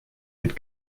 had